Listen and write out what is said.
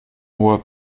hoher